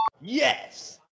Yes